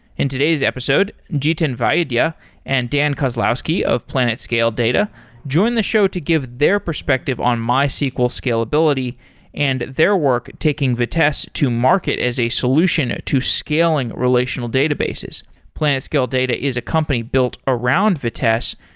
in today's episode, jiten vaidya and dan kozlowski of planetscale data join the show to give their perspective on mysql scalability and their work taking vitess to market as a solution ah to scaling relational database. planetscale data is a company built around vitess.